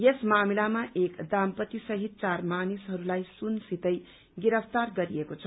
यस मामिलामा एक दम्पत्ति सहित चार मानिसहरूलाई सुनसितै गिरफ्तार गरिएको छ